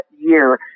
year